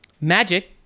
Magic